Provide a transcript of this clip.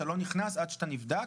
אתה לא נכנס עד שאתה נבדק,